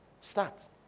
Start